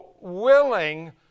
willing